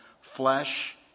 flesh